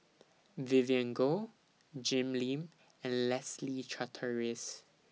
Vivien Goh Jim Lim and Leslie Charteris